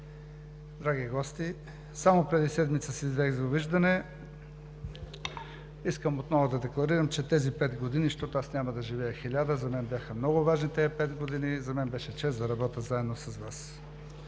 драги гости! Само преди седмица си взех довиждане. Искам отново да декларирам, че тези пет години, защото аз няма да живея хиляда, за мен бяха много важни пет години, за мен беше чест да работя заедно с Вас!